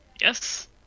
Yes